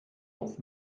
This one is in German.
auf